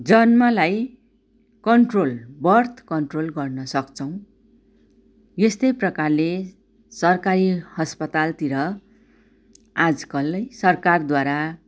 जन्मलाई control birth control गर्न सक्छौँ यस्तै प्रकारले सरकारी अस्पतालतिर आजकल है सरकारद्वारा